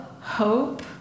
hope